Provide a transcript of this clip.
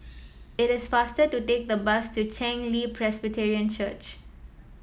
it is faster to take the bus to Chen Li Presbyterian Church